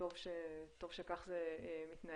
שבדק לבקשתנו את אתר רשות המסים בערבית,